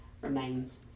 remains